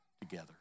together